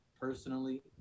personally